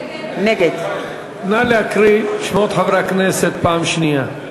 נגד נא להקריא את שמות חברי הכנסת פעם שנייה.